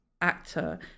actor